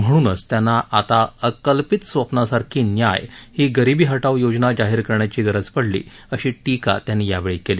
म्हणूनच त्यांना आता अकल्पित स्वप्नासारखी न्याय ही गरिबी हटाव योजना जाहीर करण्याची गरज पडली अशी टीका त्यांनी यावेळी केली